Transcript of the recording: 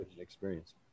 experience